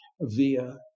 via